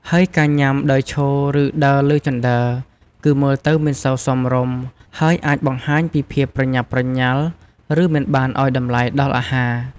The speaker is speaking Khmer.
ហើយការញ៉ាំដោយឈរ ឬដើរលើជណ្ដើរ គឺមើលទៅមិនសូវសមរម្យ ហើយអាចបង្ហាញពីភាពប្រញាប់ប្រញាល់ ឬមិនបានឲ្យតម្លៃដល់អាហារ។